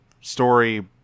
story